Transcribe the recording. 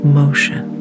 motion